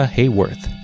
Hayworth